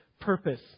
purpose